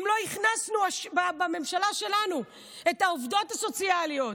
אלמלא הכנסנו בממשלה שלנו את העובדות הסוציאליות,